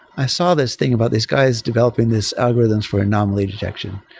i saw this thing about these guys developing this algorithm for anomaly detection.